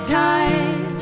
time